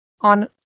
on